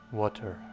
water